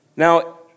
Now